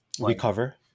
recover